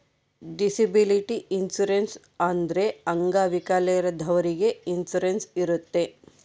disability insurance ಅಂದ್ರೆ ಅಂಗವಿಕಲದವ್ರಿಗೆ insurance ಇರುತ್ತೆ